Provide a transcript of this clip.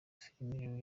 filime